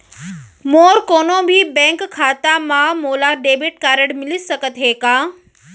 मोर कोनो भी बैंक खाता मा मोला डेबिट कारड मिलिस सकत हे का?